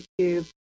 youtube